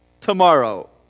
tomorrow